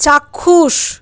চাক্ষুষ